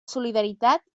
solidaritat